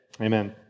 Amen